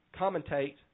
commentate